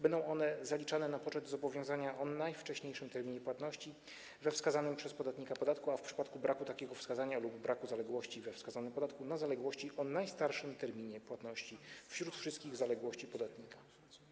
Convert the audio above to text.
Będą one zaliczane na poczet zobowiązania o najwcześniejszym terminie płatności we wskazanym przez podatnika podatku, a w przypadku braku takiego wskazania lub braku zaległości we wskazanym podatku - zaległości o najstarszym terminie płatności wśród wszystkich zaległości podatnika.